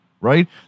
right